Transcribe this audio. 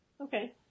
Okay